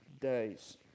days